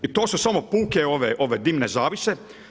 I to su samo puke ove dimne zavise.